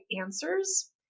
answers